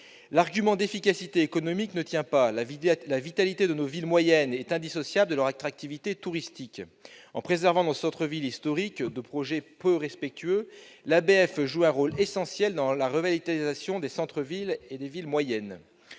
L'argument d'efficacité économique ne tient pas. La vitalité de nos villes moyennes est indissociable de leur attractivité touristique. En préservant nos centres-villes historiques de projets peu respectueux, l'ABF joue un rôle essentiel dans leur revitalisation et dans celle des villes moyennes.